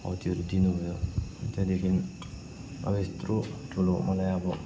हौ त्योहरू दिनुभयो त्यहाँदेखि अब यत्रो ठुलो मलाई अब